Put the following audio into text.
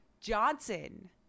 Johnson